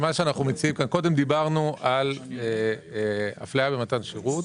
קודם דיברנו על הפליה במתן שירות